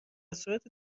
صورت